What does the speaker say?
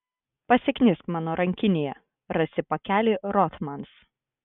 pasiknisk mano rankinėje rasi pakelį rothmans